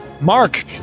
Mark